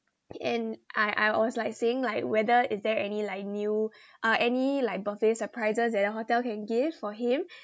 and I I was like saying like whether is there any like new ah any like birthday surprises that your hotel can give for him